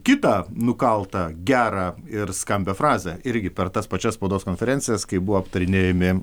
kitą nukaltą gerą ir skambią frazę irgi per tas pačias spaudos konferencijas kai buvo aptarinėjami